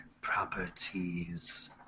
properties